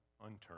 unturned